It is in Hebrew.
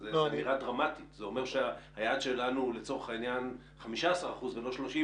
זה אומר שהיעד שלנו הוא לצורך העניין 15% או לחלופין